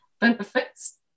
benefits